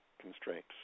constraints